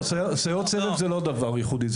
סייעות סבב זה לא דבר ייחודי.